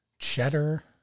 Cheddar